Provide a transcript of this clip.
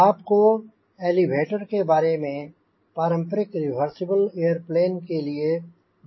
आपको एलीवेटर के बारे में पारंपरिक रिवर्सिबल एयरप्लेन के लिए बताया गया था